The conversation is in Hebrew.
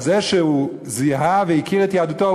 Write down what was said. על זה שהוא זיהה והכיר את יהדותו?